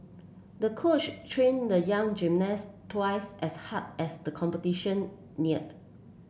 the coach trained the young gymnast twice as hard as the competition neared